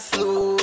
Slow